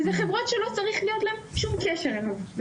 וזה חברות שלא צריך להיות להן שום קשר אליו.